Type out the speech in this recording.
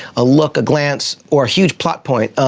a look, a glance, or a huge plot point,